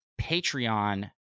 Patreon